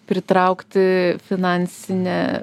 pritraukti finansinę